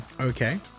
Okay